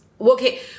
okay